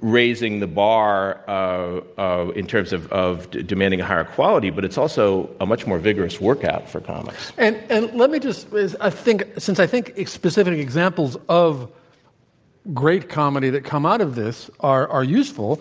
raising the bar ah ah in terms of of demanding a higher quality, but it's also a much more vigorous workout for comics. and and let me just ah think since i think specific examples of great comedy that come out of this are are useful,